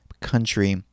country